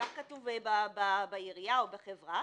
גם כתוב בעירייה או בחברה,